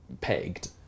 pegged